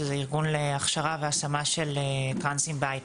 שזה ארגון להכשרה והשמה של טרנסים בהייטק.